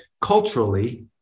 culturally